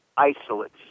Isolates